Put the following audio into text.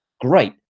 great